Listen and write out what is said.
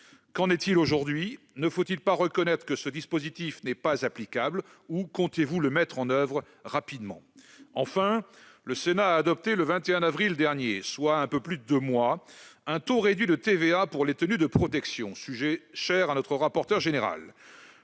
Qu'en est-il aujourd'hui ? Ne faut-il pas reconnaître que ce dispositif n'est pas applicable ? Comptez-vous au contraire le mettre en oeuvre rapidement ? Enfin, le Sénat a adopté le 21 avril dernier un taux réduit de TVA pour les tenues de protection, sujet cher à notre rapporteur général.